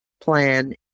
plan